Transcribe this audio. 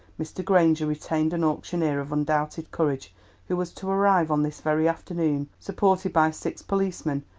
mr. granger retained an auctioneer of undoubted courage who was to arrive on this very afternoon, supported by six policemen,